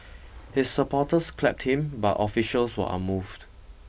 his supporters clapped him but officials were unmoved